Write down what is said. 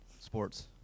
sports